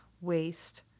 waste